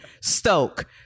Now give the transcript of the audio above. Stoke